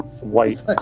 white